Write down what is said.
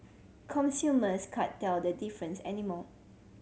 consumers can't tell the difference anymore